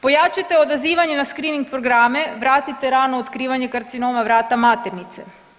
Pojačajte odazivanje na screening programe, vratite radno otkrivanje karcinoma vrata maternice.